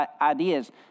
ideas